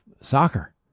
soccer